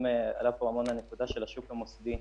עלתה פה המון הנקודה של השוק המוסדי,